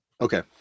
okay